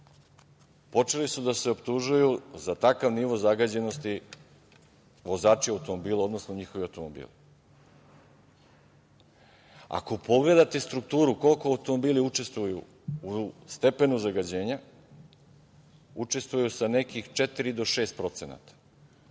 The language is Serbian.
počeli su da se optužuju za takav nivo zagađenosti vozači automobila, odnosno njihovi automobili. Ako pogledate strukturu koliko automobili učestvuju u stepenu zagađenja, učestvuje neki četiri do šest procenata.